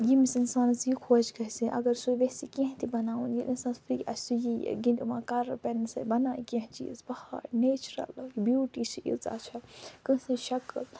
ییٚمِس انسانس یہ خۄش گژھِ اگر سُہ ییٚژھِ کینٛہہ تہِ بناوُن یہِ انسانس فری آسہِ سُہ یی یِمن کلر پٮ۪نن سۭتۍ بناوِ کینٛہہ چیٖز پہاڑ نیچرل بیوٗٹی چھِ ییٖژھا چھِ کٲنسہِ ہنٛز شکِل